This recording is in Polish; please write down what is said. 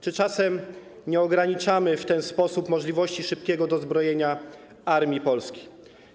Czy czasem nie ograniczamy w ten sposób możliwości szybkiego dozbrojenia polskiej armii?